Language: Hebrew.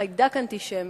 חיידק אנטישמי,